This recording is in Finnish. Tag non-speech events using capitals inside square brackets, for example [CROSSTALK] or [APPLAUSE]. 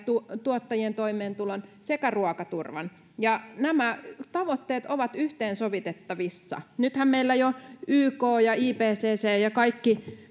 tuottajien toimeentulon kuin ruokaturvankin ja nämä tavoitteet ovat yhteensovitettavissa nythän meillä jo yk ja ipcc ja ja kaikki [UNINTELLIGIBLE]